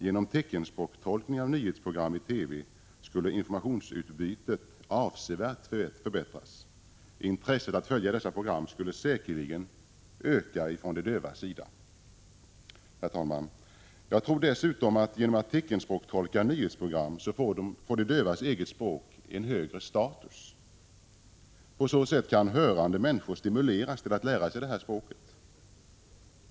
Genom teckenspråkstolkning av nyhetsprogram i TV skulle informationsutbytet avsevärt förbättras. Intresset att följa dessa program skulle säkerligen öka från de dövas sida. Herr talman! Jag tror dessutom att de dövas eget språk, genom att man teckenspråkstolkar nyhetsprogram, får en högre status. På så sätt kan hörande människor stimuleras till att lära sig detta språk.